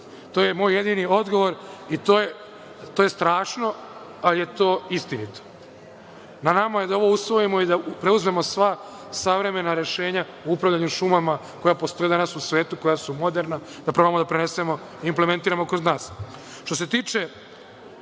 To je moj jedini odgovor i to je strašno, ali je to istinito. Na nama je da ovo usvojimo i da preuzmemo sva savremena rešenja u upravljanju šumama koja postoje danas u svetu, koja su moderna, da probamo da prenesemo, implementiramo kod nas. Što se tiče